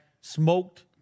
smoked